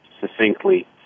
succinctly